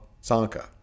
Sanka